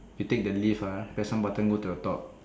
you take the lift ah press one button go to the top